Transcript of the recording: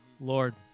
Lord